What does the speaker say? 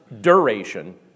duration—